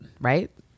right